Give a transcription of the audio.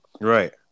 Right